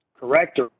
correct